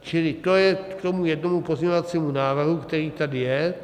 Čili to je k tomu jednomu pozměňovacímu návrhu, který tady je.